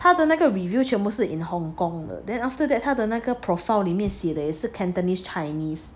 他的那个 review 全部是 in Hong Kong 的 then after that 他的那个 profile 里面写的是 cantonese chinese